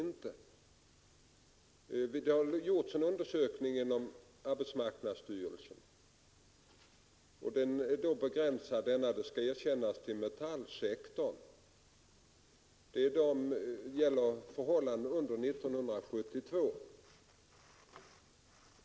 Inom arbetsmarknadsstyrelsen har man gjort en undersökning — jag skall dock erkänna att den är begränsad till metallsektorn — som gäller förhållandena under 1972.